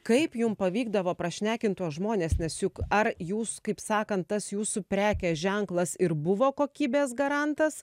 kaip jum pavykdavo prašnekint tuos žmones nes juk ar jūs kaip sakant tas jūsų prekės ženklas ir buvo kokybės garantas